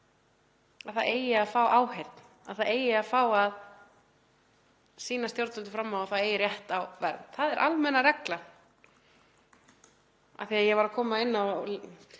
að það eigi að fá áheyrn, að það eigi að fá að sýna stjórnvöldum fram á að það eigi rétt á vernd. Það er almenna reglan, af því að ég var að koma inn á